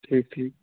ٹھیٖک ٹھیٖک